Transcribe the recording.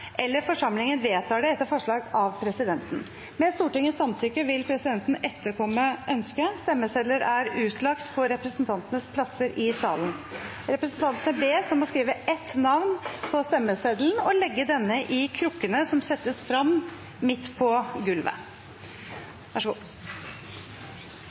eller forsamlingen vedtar det etter forslag av presidenten.» Med Stortinget samtykke vil presidenten etterkomme ønsket. Stemmesedler er utlagt på representantenes plasser i salen. Representantene bes om å skrive ett navn på stemmeseddelen og legge denne i krukkene som settes frem midt på gulvet.